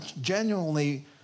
genuinely